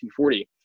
1940